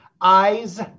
Eyes